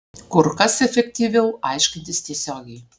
kur kas efektyviau aiškintis tiesiogiai